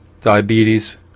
diabetes